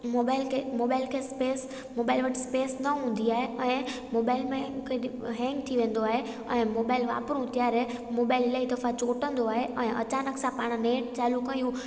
mobile खे mobile खे space mobile वटि स्पेस न हूंदी आहे ऐं मोबाइल में कंहिं ॾींहुं हैंग थी वेंदो आहे ऐं मोबाइल वापरूं त्यारे मोबाइल इलाही दफ़ा चोटंदो आहे ऐं अचानकि सां पाणि नेट चालू कयूं